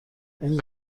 این